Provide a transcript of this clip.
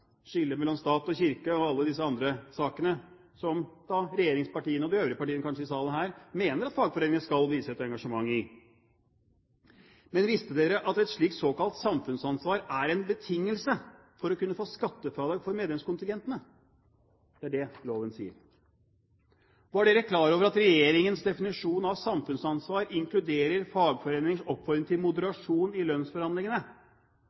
skillet mellom stat og kirke og alle disse andre sakene som regjeringspartiene og kanskje de øvrige partiene i salen her mener at fagforeningene skal vise et engasjement i. Men visste dere at et slikt såkalt samfunnsansvar er en betingelse for å kunne få skattefradrag for medlemskontingentene? Det er det loven sier. Var dere klar over at regjeringens definisjon av samfunnsansvar inkluderer fagforeningers oppfordring til